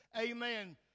Amen